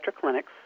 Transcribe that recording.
clinics